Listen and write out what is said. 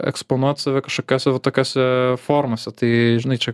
eksponuot save kažkokiose va tokiose formose tai žinai čia